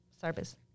service